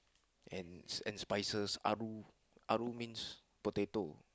and and spices aloo aloo mean potato